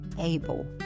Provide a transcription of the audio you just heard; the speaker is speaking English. Abel